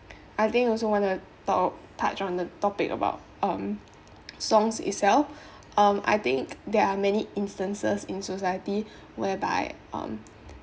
I think I also want to talk touch on the topic about um songs itself um I think there are many instances in society whereby um